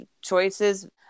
choices